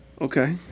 Okay